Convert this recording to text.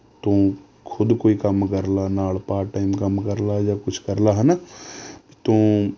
ਤੂੰ ਖੁਦ ਕੋਈ ਕੰਮ ਕਰਲਾ ਨਾਲ ਪਾਰਟ ਟਾਈਮ ਕੰਮ ਕਰਲਾ ਜਾਂ ਕੁਝ ਕਰਲਾ ਹੈ ਨਾ ਤੂੰ